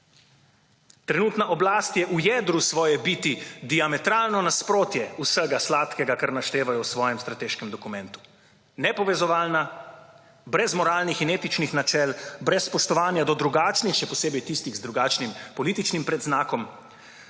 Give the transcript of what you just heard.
Trenutna oblast je v jedru svoje biti diametralno nasprotje vsega sladkega kar naštevajo v svojem strateškem dokumentu, nepovezovalna, brez **39. TRAK: (VP) 12.10** (nadaljevanje) moralnih in etičnih načel, brez spoštovanja do drugačnih, še posebej tistih z drugačnim političnim predznakom,